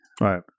Right